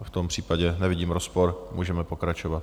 V tom případě nevidím rozpor, můžeme pokračovat.